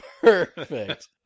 Perfect